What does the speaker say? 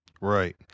right